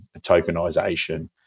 tokenization